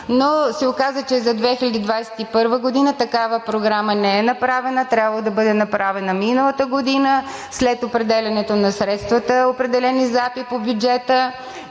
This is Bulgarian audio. но се оказа, че е за 2021 г. Такава програма не е направена. Трябвало е да бъде направена миналата година след определянето на средствата, определени за АПИ по бюджета.